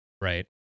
Right